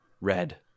red